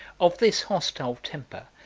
of this hostile temper,